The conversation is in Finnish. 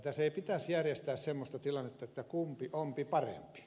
tässä ei pitäisi järjestää sellaista tilannetta että kumpi ompi parempi